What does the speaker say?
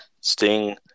Sting